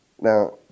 Now